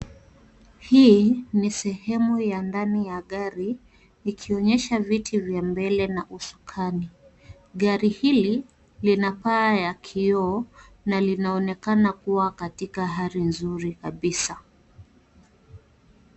Hii ni sehemu ya ndani ya gari likionyesha viti vya mbele na usukani. Gari hili lina paa ya kioo na linaonekana kuwa katika hali nzuri kabisa.